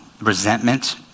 resentment